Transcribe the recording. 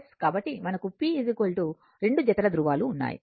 కాబట్టి మనకు p రెండు జతల ధృవాలు ఉన్నాయి